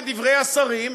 כדברי השרים,